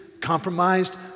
compromised